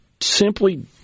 simply